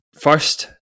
first